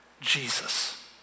Jesus